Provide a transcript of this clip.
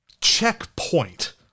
checkpoint